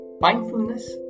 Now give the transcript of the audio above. mindfulness